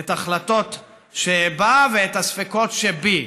את ההחלטות שבה ואת הספקות שבי,